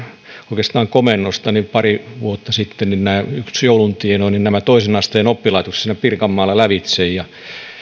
oikeastaan puhemiehen komennosta pari vuotta sitten yhtenä jouluntienoona toisen asteen oppilaitokset pirkanmaalla lävitse